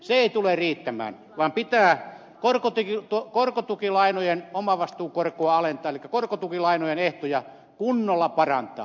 se ei tule riittämään vaan pitää korkotukilainojen omavastuukorkoa alentaa elikkä korkotukilainojen ehtoja kunnolla parantaa